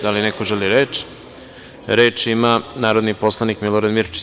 Da li neko želi reč? (Da) Reč ima narodni poslanik Milorad Mirčić.